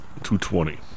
220